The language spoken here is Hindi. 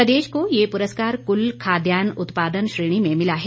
प्रदेश को ये पुरस्कार कुल खाद्यान्न उत्पादन श्रेणी में मिला है